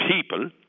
people